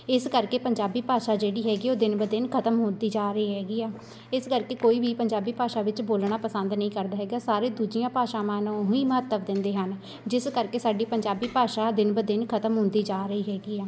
ਇਸ ਕਰਕੇ ਪੰਜਾਬੀ ਭਾਸ਼ਾ ਜਿਹੜੀ ਹੈਗੀ ਉਹ ਦਿਨ ਬ ਦਿਨ ਖਤਮ ਹੁੰਦੀ ਜਾ ਰਹੀ ਹੈਗੀ ਆ ਇਸ ਕਰਕੇ ਕੋਈ ਵੀ ਪੰਜਾਬੀ ਭਾਸ਼ਾ ਵਿੱਚ ਬੋਲਣਾ ਪਸੰਦ ਨਹੀਂ ਕਰਦਾ ਹੈਗਾ ਸਾਰੇ ਦੂਜੀਆਂ ਭਾਸ਼ਾਵਾਂ ਨੂੰ ਹੀ ਮਹੱਤਵ ਦਿੰਦੇ ਹਨ ਜਿਸ ਕਰਕੇ ਸਾਡੀ ਪੰਜਾਬੀ ਭਾਸ਼ਾ ਦਿਨ ਬ ਦਿਨ ਖਤਮ ਹੁੰਦੀ ਜਾ ਰਹੀ ਹੈਗੀ ਆ